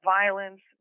violence